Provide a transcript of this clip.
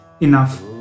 enough